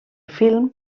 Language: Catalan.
film